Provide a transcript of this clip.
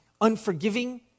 unforgiving